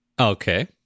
Okay